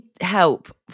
help